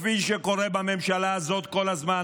כפי שקורה בממשלה הזאת כל הזמן,